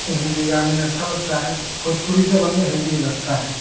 हिन्दी गाने अच्छे लगते हैं भोजपुरी से बढ़िया हिन्दी ही लगते हैं